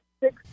six